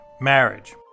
Marriage